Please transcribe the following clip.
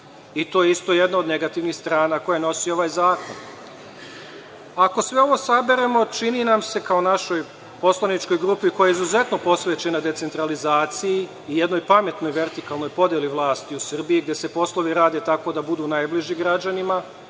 i to je takođe jedna od negativnih strana koje nosi ovaj zakon. Ako sve ovo saberemo, čini nam se, kao našoj poslaničkoj grupi koja je izuzetno posvećena decentralizaciji i jednoj pametnoj vertikalnoj podeli vlasti u Srbiji, gde se poslovi rade tako da budu najbliži građanima,